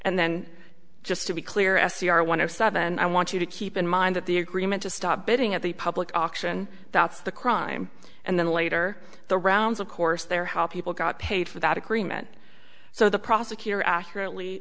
and then just to be clear s t r one of seven i want you to keep in mind that the agreement to stop bidding at the public auction that's the crime and then later the rounds of course there how people got paid for that agreement so the prosecutor accurately